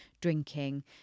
drinking